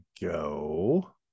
go